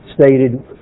stated